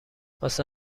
واسه